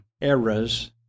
eras